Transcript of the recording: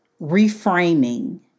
reframing